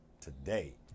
today